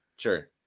Sure